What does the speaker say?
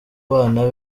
bana